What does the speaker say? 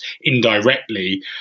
indirectly